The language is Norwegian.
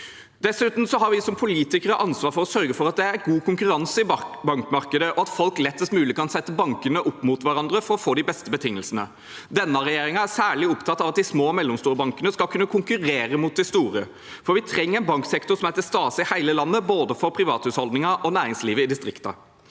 Dessuten har vi som politikere ansvar for å sørge for at det er god konkurranse i bankmarkedet, og at folk lettest mulig kan sette bankene opp mot hverandre for å få de beste betingelsene. Denne regjeringen er særlig opptatt av at de små og mellomstore bankene skal kunne konkurrere mot de store, for vi trenger en banksektor som er til stede i hele landet, både for privathusholdningene og for næringslivet i distriktene.